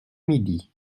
midi